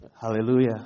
Hallelujah